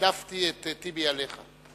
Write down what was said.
העדפתי את טיבי עליך.